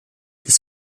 des